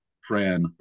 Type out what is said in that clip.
Fran